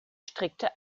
strickte